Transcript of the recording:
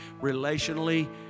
relationally